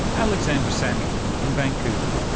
alexandra samuel in vancouver.